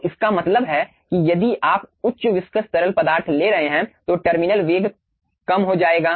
तो इसका मतलब है कि यदि आप उच्च विस्कस तरल पदार्थ ले रहे हैं तो टर्मिनल वेग कम हो जाएगा